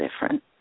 different